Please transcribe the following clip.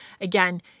Again